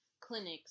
clinics